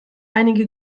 einige